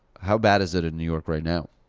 how bad is it in new york right now?